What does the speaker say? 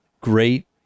great